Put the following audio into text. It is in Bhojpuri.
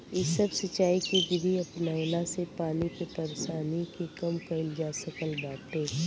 इ सब सिंचाई के विधि अपनवला से पानी के परेशानी के कम कईल जा सकत बाटे